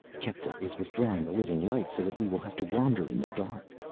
kepta is withdrawing the living light, so that we will have to wander in the dark.